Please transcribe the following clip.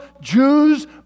Jews